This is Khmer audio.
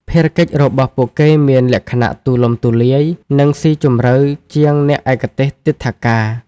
ភារកិច្ចរបស់ពួកគេមានលក្ខណៈទូលំទូលាយ និងស៊ីជម្រៅជាងអ្នកឯកទេសទិដ្ឋាការ។